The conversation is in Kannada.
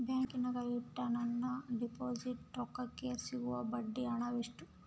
ಬ್ಯಾಂಕಿನಾಗ ಇಟ್ಟ ನನ್ನ ಡಿಪಾಸಿಟ್ ರೊಕ್ಕಕ್ಕೆ ಸಿಗೋ ಬಡ್ಡಿ ಹಣ ಎಷ್ಟು?